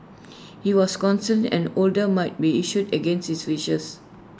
he was concerned an order might be issued against his wishes